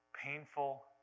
painful